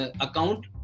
account